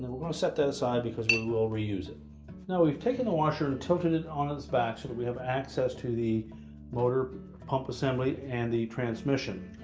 to set that aside because we will reuse it now we've taken the washer and tilted it on it's back so that we have access to the motor pump assembly and the transmission.